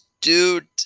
dude